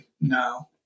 No